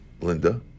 Linda